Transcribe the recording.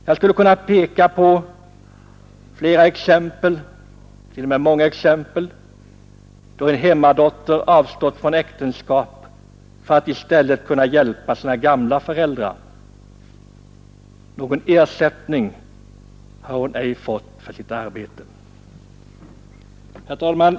Jag skulle också kunna ta många exempel på att en hemmadotter har avstått från äktenskap för att i stället kunna hjälpa sina gamla föräldrar och då inte har fått någon ersättning för sitt arbete, men jag avstår på grund av att jag inte vill ta kammarens tid i anspråk alltför länge. Nr 36 Herr talman!